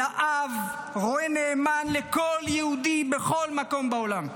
אלא אב ורועה נאמן לכל יהודי בכל מקום בעולם.